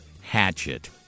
Hatchet